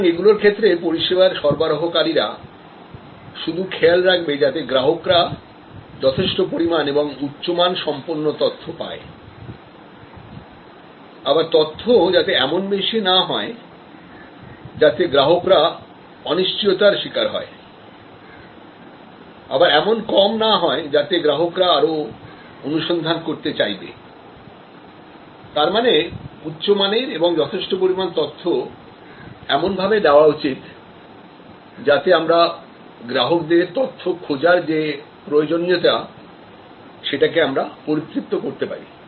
সুতরাং এগুলোর ক্ষেত্রে পরিষেবার সরবরাহকারীরা শুধু খেয়াল রাখবে যাতে গ্রাহকরা যথেষ্ট পরিমাণ এবং উচ্চমান সম্পন্ন তথ্য পায় আবার তথ্য যাতে এমন বেশি না হয় যাতে গ্রাহকরা অনিশ্চয়তার শিকার হয় আবার এমন কম না হয় যাতে গ্রাহকরা আরো অনুসন্ধান করতে চাইবে তার মানে উচ্চমানের এবং যথেষ্ট পরিমাণ তথ্য এমনভাবে দেওয়া উচিত যাতে আমরা গ্রাহকদের তথ্য খোঁজার যে প্রয়োজনীয়তা সেটাকে আমরা পরিতৃপ্ত করতে পারি